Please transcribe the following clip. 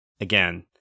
again